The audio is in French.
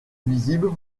visible